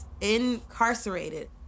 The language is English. incarcerated